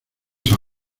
san